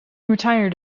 retired